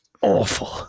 awful